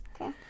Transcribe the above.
Okay